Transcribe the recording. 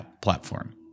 platform